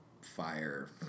fire